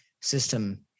system